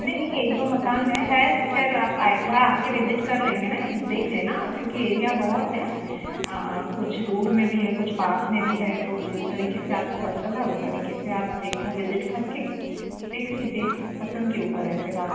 नहीं एक दो मकान हैं है तो खैर आप अए को हाँ आके विज़िट कर लेंगे ना एक देख लेना क्योंकि एरिया बहुत है कुछ दूर में भी है कुछ पास में भी है तो जिस तरीके से आपको पसंद आए तो उस तरीके से आप एक बार विजिट कर के देख लीजिए पसंद के ऊपर है फिर आप